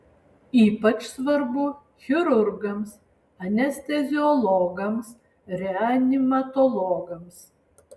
ypač svarbu chirurgams anesteziologams reanimatologams